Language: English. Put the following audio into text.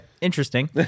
interesting